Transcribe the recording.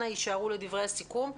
אנא הישארו לדברי הסיכום.